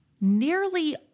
Nearly